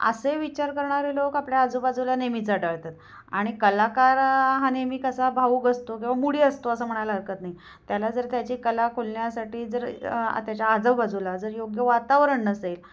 असे विचार करणारे लोक आपल्या आजूबाजूला नेहमीच आढळतात आणि कलाकार हा नेहमी कसा भावूक असतो किंवा मुडी असतो असं म्हणाला हरकत नाही त्याला जर त्याची कला खुलण्यासाठी जर त्याच्या आजूबाजूला जर योग्य वातावरण नसेल